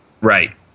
right